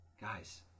Guys